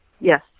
yes